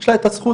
יש לה את הזכות,